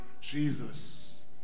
Jesus